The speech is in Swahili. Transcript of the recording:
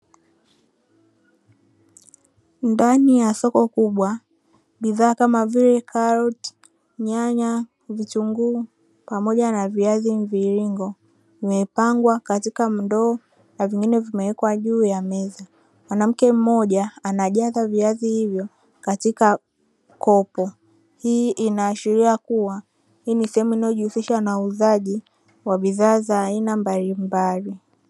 Ndani ya soko kubwa bidhaa kama vile karoti, nyanya, vitunguu pamoja na viazi mvilingo vimepangwa katika ndoo na vingine vimewekwa juu ya meza. Mwanamke mmoja anajaza viazi hivyo katika kopo, hii inaashiria kuwa hii ni sehemu inayojihusisha na uuzaji wa bidhaa mbalimbali.